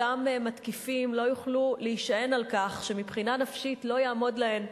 אותם מתקיפים לא יוכלו להישען על כך שמבחינה נפשית לא יעמוד להן,